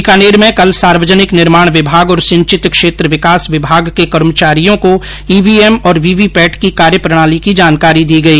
बीकानेर में कल सार्वजनिक निर्माण विभाग और सिंचित क्षेत्र विकास विभाग के कर्मचारियों को ईवीएम और वीवीपैट की कार्यप्रणाली की जानकारी दी गई